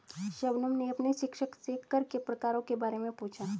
शबनम ने अपने शिक्षक से कर के प्रकारों के बारे में पूछा